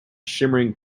shimmering